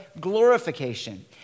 glorification